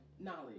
knowledge